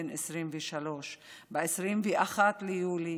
בן 23. ב-21 ביולי